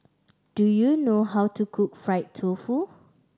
do you know how to cook fried tofu